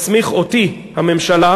תסמיך אותי הממשלה,